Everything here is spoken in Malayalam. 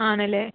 ആണ് അല്ലെ